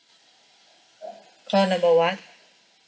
call number one